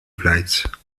flights